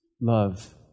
love